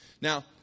Now